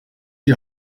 die